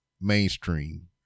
mainstream